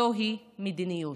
זוהי מדיניות.